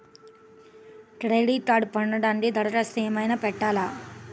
Credit కార్డ్ను పొందటానికి దరఖాస్తు ఏమయినా పెట్టాలా?